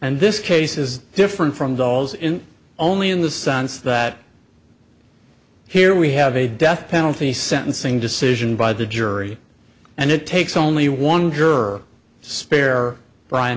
and this case is different from dolls in only in the sense that here we have a death penalty sentencing decision by the jury and it takes only one juror spare ryan